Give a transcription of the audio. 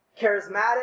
charismatic